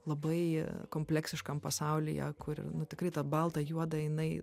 labai kompleksiškam pasaulyje kur nu tikrai ta balta juoda jinai